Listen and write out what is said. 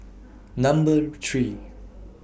Number three